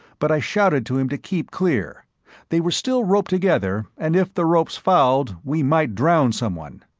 but i shouted to him to keep clear they were still roped together and if the ropes fouled we might drown someone.